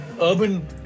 urban